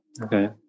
Okay